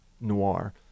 noir